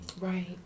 Right